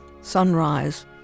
Sunrise